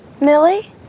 Millie